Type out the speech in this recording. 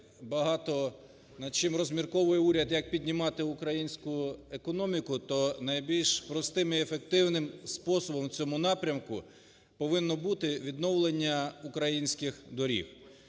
над чим розмірковує уряд як піднімати українську економіку, то найбільш простим і ефективним способом в цьому напрямку повинно бути відновлення українських доріг.